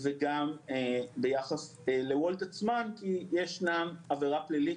וגם ביחס לוולט עצמה כי ישנה עבירה פלילית